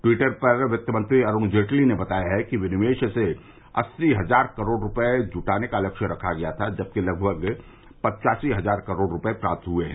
Twitter पर वित्त मंत्री अरूण जेटली ने बताया है कि विनिवेश से अस्सी हजार करोड़ रूपये जुटाने का लक्ष्य रखा गया था जबकि लगभग पच्चासी हजार करोड़ रूपये प्राप्त हुए हैं